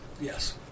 Yes